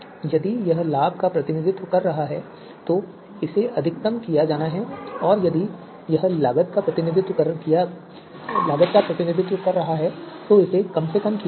यदि यह लाभ का प्रतिनिधित्व कर रहा है तो इसे अधिकतम किया जाना है और यदि यह लागत का प्रतिनिधित्व कर रहा है तो इसे कम से कम किया जाना है